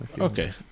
Okay